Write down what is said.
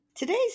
Today's